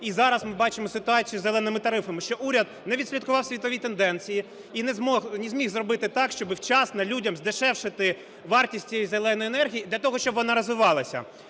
І зараз ми бачимо ситуацію з "зеленими" тарифами, що уряд не відслідкував світові тенденції і не зміг зробити так, щоби вчасно людям здешевити вартість цієї "зеленої" енергії для того, щоб вона розвивалася.